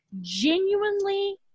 genuinely